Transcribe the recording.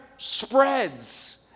spreads